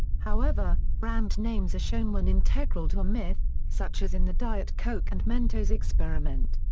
however, brand names are shown when integral to a myth, such as in the diet coke and mentos experiment.